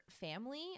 family